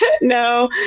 No